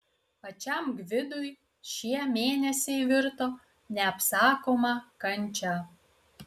pačiam gvidui šie mėnesiai virto neapsakoma kančia